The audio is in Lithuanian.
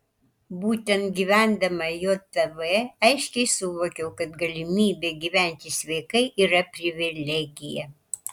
būtent gyvendama jav aiškiausiai suvokiau kad galimybė gyventi sveikai yra privilegija